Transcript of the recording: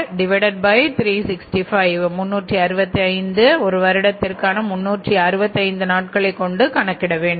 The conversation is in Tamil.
15365 ஒரு வருடத்திற்கான 365 நாட்களை கொண்டு கணக்கிட வேண்டும்